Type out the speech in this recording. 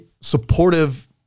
supportive